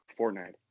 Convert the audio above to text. Fortnite